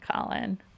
Colin